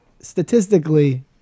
statistically